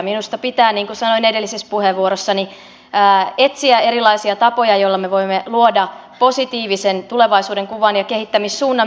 minusta pitää niin kuin sanoin edellisessä puheenvuorossani etsiä erilaisia tapoja joilla me voimme luoda positiivisen tulevaisuudenkuvan ja kehittämissuunnan myöskin opintotuelle